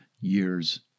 years